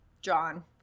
John